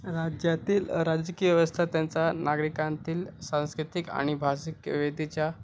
राज्यातील राजकीय व्यवस्था त्यांचा नागरिकांतील सांस्कृतिक आणि भाषिक वेतीच्या